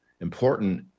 important